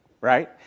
right